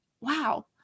wow